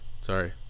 sorry